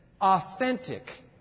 Authentic